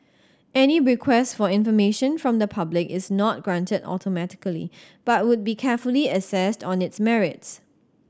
any request for information from the public is not granted automatically but would be carefully assessed on its merits